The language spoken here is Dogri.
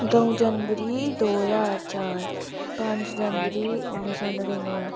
दऊं जनवरी दो ज्हार चार पंज जनवरी उन्नी सौ नड़िनवैं